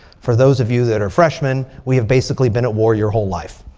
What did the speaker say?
for those of you that are freshmen, we have basically been at war your whole life.